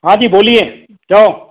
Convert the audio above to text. हां जी बोलिए चओ